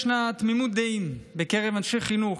ישנה תמימות דעים בקרב אנשי חינוך,